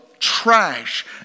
trash